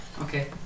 Okay